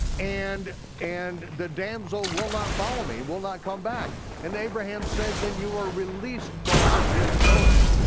and and the damsel will not follow me, will not come back? and abraham said, then you are released from this oath.